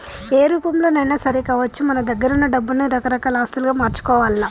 ఏ రూపంలోనైనా సరే కావచ్చు మన దగ్గరున్న డబ్బుల్ని రకరకాల ఆస్తులుగా మార్చుకోవాల్ల